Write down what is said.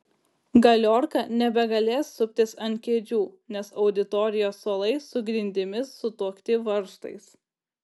galiorka nebegalės suptis ant kėdžių nes auditorijos suolai su grindimis sutuokti varžtais